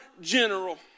General